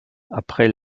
après